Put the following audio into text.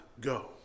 go